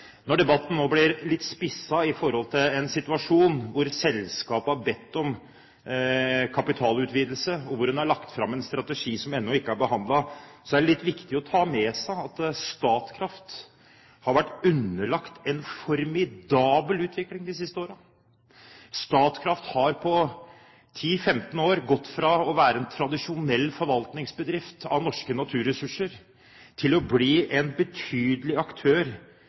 Når debatten nå blir litt spisset, i en situasjon hvor selskapet har bedt om kapitalutvidelse, og hvor en har lagt fram en strategi som ennå ikke er behandlet, er det litt viktig å ta med seg at Statkraft har hatt en formidabel utvikling de siste årene. Statkraft har på 10–15 år gått fra å være en tradisjonell forvalter av norske naturressurser til å bli en betydelig aktør